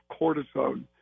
cortisone